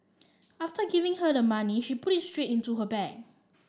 after giving her the money she put it straight into her bag